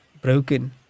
broken